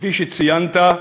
כפי שציינת,